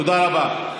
תודה רבה.